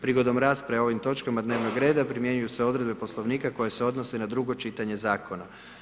Prigodom rasprave o ovim točkama dnevnog reda primjenjuju se odredbe Poslovnika koje se odnose na drugo čitanje Zakona.